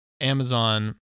Amazon